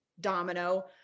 Domino